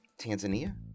Tanzania